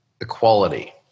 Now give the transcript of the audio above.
equality